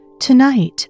Tonight